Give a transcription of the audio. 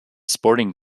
sporting